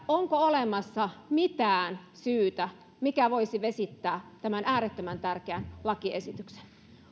onko olemassa mitään syytä mikä voisi vesittää tämän äärettömän tärkeän lakiesityksen